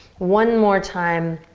one more time,